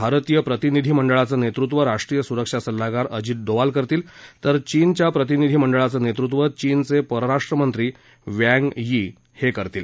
भारतीय प्रतिनिधी मंडळाचं नेतृत्व राष्ट्रीय सुरक्षा सल्लागार अजित डोवाल करतील तर चीनच्या प्रतिनिधी मंडळाचं नेतृत्व चीनचे परराष्ट्र मंत्री वॅन्ग यी करतील